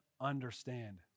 understand